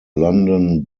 london